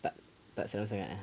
tak tak sangat ah